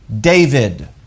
David